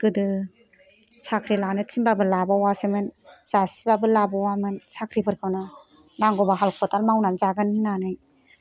गोदो साख्रि लानो थिनबाबो लाबावासोमोन जासिबाबो लाबावामोन साख्रिफोरखौनो नांगौबा हाल खदाल मावनानै जागोन होनानै